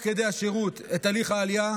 אלי ולנטין גנסיה,